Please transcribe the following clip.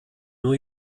new